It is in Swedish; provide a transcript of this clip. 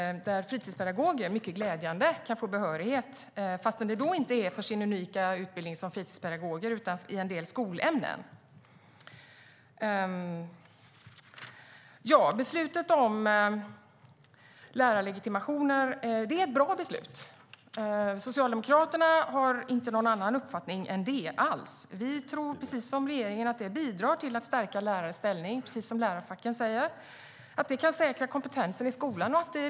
Fritidspedagoger kan, mycket glädjande, få behörighet, men det är inte för deras unika utbildning som fritidspedagoger utan i en del skolämnen. Beslutet att utfärda lärarlegitimationer är ett bra beslut. Socialdemokraterna har inte någon annan uppfattning. Vi tror, precis som regeringen, att det bidrar till att stärka lärares ställning, precis som lärarfacken säger, och att det kan säkra kompetensen i skolan.